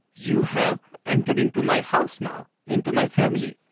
you have entered into my house now, into my family,